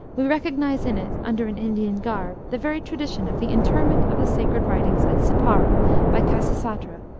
we recognize in it, under an indian garb, the very tradition of the interment of the sacred writings at sippara by khasisatra,